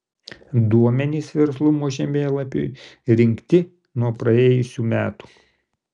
duomenys verslumo žemėlapiui rinkti nuo praėjusių metų